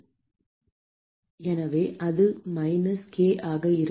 எனவே அது minus k ஆக இருக்கும்